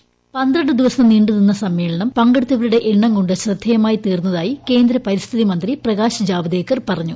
voice പന്ത്രണ്ട് ദിവസം നീണ്ടു നിന്ന സമ്മേളനം പങ്കെടുത്തവരുടെ എണ്ണം കൊണ്ട് ശ്രദ്ധേയമായിത്തീർന്നതായി കേന്ദ്ര പരിസ്ഥിതി മന്ത്രി പ്രകാശ് ജാവദേക്കർ പറഞ്ഞു